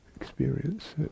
experience